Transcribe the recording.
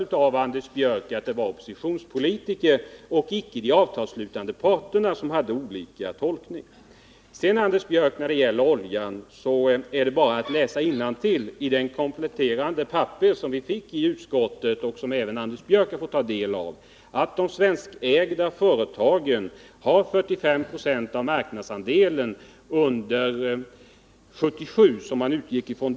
Här har Anders Björck bevisat att det var oppositionspolitiker och icke de avtalsslutande parterna som hade olika tolkning. Sedan, Anders Björck, är det bara att läsa innantill i de kompletterande papper som vi fick i utskottet och som även Anders Björck fått ta del av. Av dessa framgår att de svenskägda företagen hade 45 96 av marknadsandelen under 1977 i Sverige.